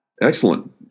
Excellent